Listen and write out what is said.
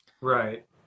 Right